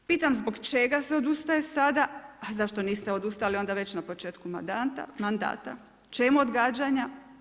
Pitam zbog čega se odustaje sada, a zašto niste odustali već na početku mandata, čemu odgađanja.